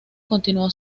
continuó